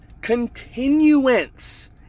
continuance